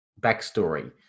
backstory